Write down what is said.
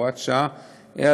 הוראת שעה),